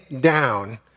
down